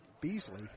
Beasley